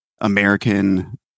american